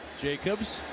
Jacobs